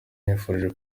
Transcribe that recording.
nifuje